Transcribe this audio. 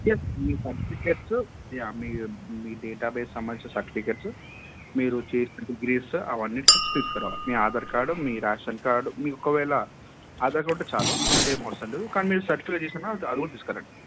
yes మీ certificates యా మీ మీ డేటాబేస్ సంబంధించిన సర్టిఫికెట్స్ మీరు చేసిన డిగ్రీస్ అవన్నీ స్లిప్స్ తీసుకురావాలి మీ ఆధార్ కార్డు మీ రేషన్ కార్డు మీరు ఒకవేళ ఆధార్ ఉంటే చాలు మిగతా ఏమి అవసరం లేదు కానీ మీరు సర్టిఫికెట్ చేసిన అది కూడా తీసుకురండి